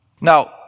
Now